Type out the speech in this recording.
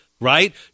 Right